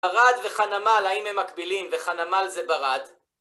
ערד וחנמל, האם הם מקבילים? וחנמל זה ברד.